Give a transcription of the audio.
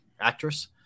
Actress